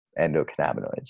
endocannabinoids